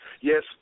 Yes